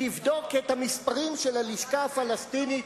תבדוק את המספרים של הלשכה הפלסטינית.